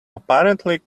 apparently